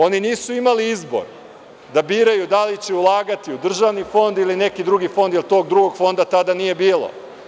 Oni nisu imali izbor da biraju da li će ulagati u državni fond ili neki drugi fond, jer tog drugog fonda tada nije bilo.